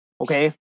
okay